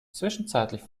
zwischenzeitlich